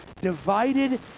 divided